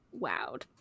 wowed